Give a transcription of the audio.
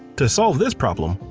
to solve this problem,